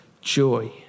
joy